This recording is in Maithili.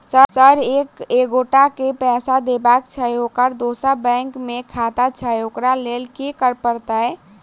सर एक एगोटा केँ पैसा देबाक छैय ओकर दोसर बैंक मे खाता छैय ओकरा लैल की करपरतैय?